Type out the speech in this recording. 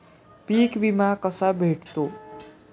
पीक विमा कसा भेटतो?